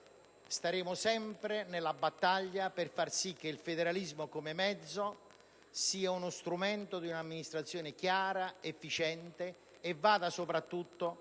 porteremo sempre avanti la battaglia per far sì che il federalismo, come mezzo, sia strumento di un'amministrazione chiara ed efficiente e porti soprattutto